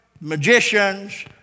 magicians